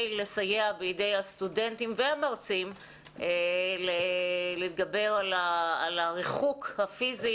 לסייע בידי הסטודנטים והמרצים להתגבר על הריחוק הפיזי